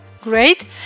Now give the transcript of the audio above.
great